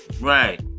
Right